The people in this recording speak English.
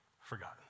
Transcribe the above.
forgotten